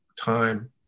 time